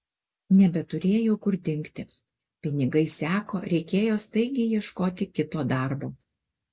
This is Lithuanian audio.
nebeturėjau kur dingti pinigai seko reikėjo staigiai ieškoti kito darbo